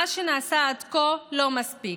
מה שנעשה עד כה לא מספיק.